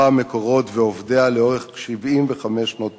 "מקורות" ועובדיה לאורך 75 שנות פעילותה,